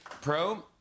Pro